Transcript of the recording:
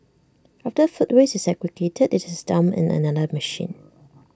after food waste is segregated IT is dumped in another machine